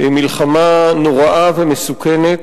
מלחמה נוראה ומסוכנת,